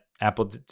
Apple